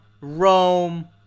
Rome